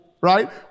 right